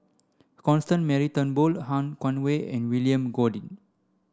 Constance Mary Turnbull Han Guangwei and William Goode